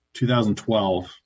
2012